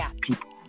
people